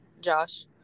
Josh